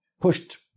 pushed